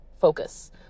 focus